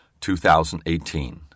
2018